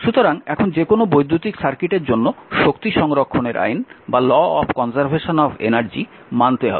সুতরাং এখন যে কোনো বৈদ্যুতিক সার্কিটের জন্য শক্তি সংরক্ষণের আইন মানতে হবে